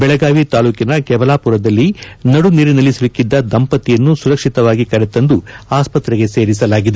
ಬೆಳಗಾವಿ ತಾಲೂಕಿನ ಕೆಬಲಾಪೂರದಲ್ಲಿ ನಡುನೀರಿನಲ್ಲಿ ಸಿಲುಕಿದ್ದ ದಂಪತಿಯನ್ನು ಸುರಕ್ಷಿತವಾಗಿ ಕರೆತಂದು ಆಸ್ವತ್ರೆಗೆ ಸೇರಿಸಲಾಗಿದೆ